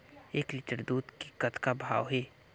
एक लिटर दूध के कतका भाव हे?